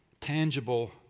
tangible